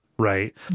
Right